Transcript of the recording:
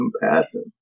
compassion